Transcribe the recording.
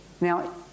Now